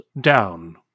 down